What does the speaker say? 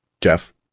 jeff